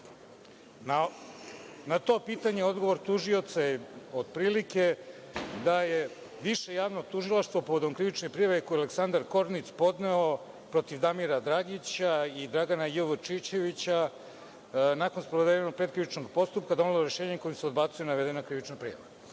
to pitanje odgovor tužioca je otprilike da je Više javno tužilaštvo povodom krivične prijave koju je Aleksandar Kornic podneo protiv Damira Dragića i Dragana J. Vučićevića nakon sprovedenog pretkrivičnog postupka donelo rešenje kojim se odbacuje navedena krivična prijava. Vrlo